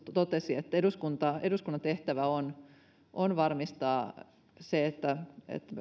se että eduskunnan tehtävä on on varmistaa se että